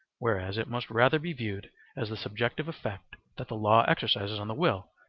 whereas it must rather be viewed as the subjective effect that the law exercises on the will,